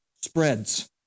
spreads